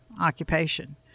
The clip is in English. occupation